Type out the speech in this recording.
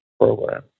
program